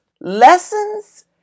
lessons